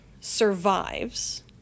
survives